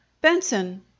Benson